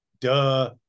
duh